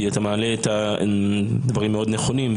כי אתה מעלה דברים מאוד נכונים.